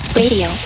radio